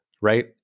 right